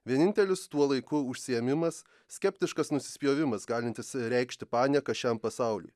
vienintelis tuo laiku užsiėmimas skeptiškas nusispjovimas galintis reikšti panieką šiam pasauliui